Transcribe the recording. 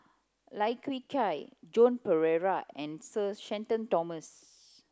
Lai Kew Chai Joan Pereira and Sir Shenton Thomas